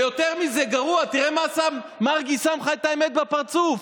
ויותר גרוע מזה, מרגי שם לך את האמת בפרצוף,